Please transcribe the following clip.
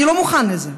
אני לא מוכן לזה,